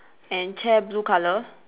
and chair blue colour